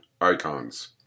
icons